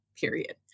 period